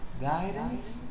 Guidance